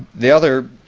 the other